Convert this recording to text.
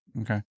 Okay